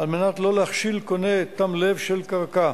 התשע"א 2011, קריאה ראשונה.